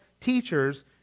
teachers